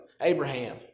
Abraham